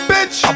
Bitch